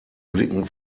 blicken